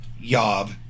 Yob